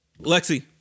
Lexi